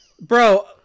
Bro